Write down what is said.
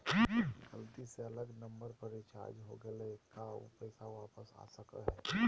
गलती से अलग नंबर पर रिचार्ज हो गेलै है का ऊ पैसा वापस आ सको है?